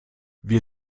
wir